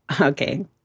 Okay